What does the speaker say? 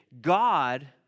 God